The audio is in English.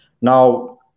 Now